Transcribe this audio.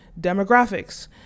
demographics